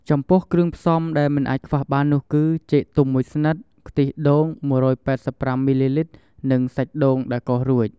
ចំពោះគ្រឿងផ្សំដែលមិនអាចខ្វះបាននោះគឺ ចេកទុំមួយស្និត ខ្ទិះដូង ១៨៥ មីលីលីត្រ និងសាច់ដូងដែលកោសរួច ។